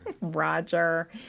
Roger